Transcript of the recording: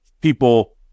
people